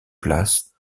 place